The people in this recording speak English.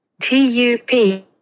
T-U-P